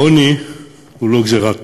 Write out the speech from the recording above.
העוני הוא לא גזירה משמים,